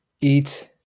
eat